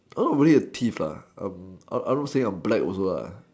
a lot of Malay are peach I not saying a black also